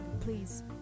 Please